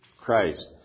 Christ